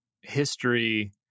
history